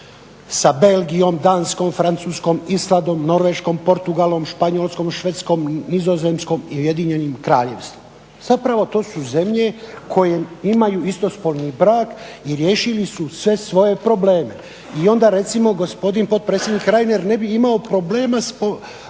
sa Belgijom, Danskom, Francuskom, Islandom, Norveškom, Portugalom, Španjolskom, Švedskom, Nizozemskom i Ujedinjenim Kraljevstvom, to su zemlje koje imaju istospolni brak i riješili su sve svoje problem. I onda recimo gospodin potpredsjednik Reiner ne bi imao problema napominjati